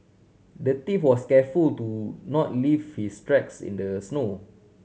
the thief was careful to not leave his tracks in the snow